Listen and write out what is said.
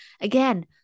again